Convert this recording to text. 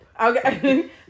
Okay